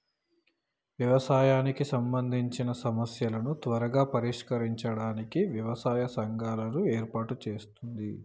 వ్యవసాయానికి సంబందిచిన సమస్యలను త్వరగా పరిష్కరించడానికి వ్యవసాయ సంఘాలను ఏర్పాటు చేస్తుంది